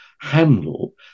handle